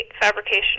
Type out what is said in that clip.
fabrication